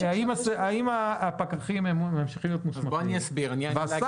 הפקחים ממשיכים להיות מוסמכים והשר